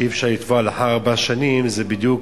שאי-אפשר לתבוע לאחר ארבע שנים, זה בדיוק